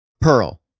Pearl